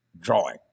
drawing